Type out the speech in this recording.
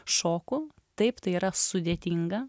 šoku taip tai yra sudėtinga